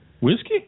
Whiskey